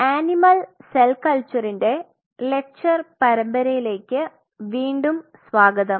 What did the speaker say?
animal cell കൽച്ചറിന്റെ lecture പരമ്പരയിലേക് വീണ്ടും സ്വാഗതം